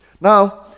now